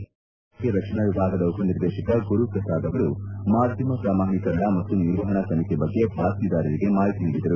ಕೇಂದ್ರ ವಾರ್ತಾ ಶಾಖೆ ರಕ್ಷಣಾ ವಿಭಾಗದ ಉಪನಿರ್ದೇಶಕ ಗುರುಪ್ರಸಾದ್ ಅವರು ಮಾಧ್ಯಮ ಪ್ರಮಾಣೀಕರಣ ಮತ್ತು ನಿರ್ವಹಣಾ ಸಮಿತಿ ಬಗ್ಗೆ ಬಾತ್ಗೀದಾರರಿಗೆ ಮಾಹಿತಿ ನೀಡಿದರು